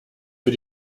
für